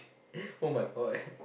oh-my-God